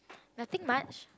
nothing much